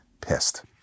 pissed